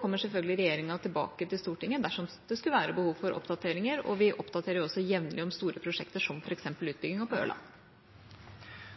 kommer selvfølgelig regjeringa tilbake til Stortinget dersom det skulle være behov for oppdateringer, og vi oppdaterer også jevnlig om store prosjekter, som f.eks. utbyggingen på Ørland.